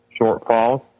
shortfalls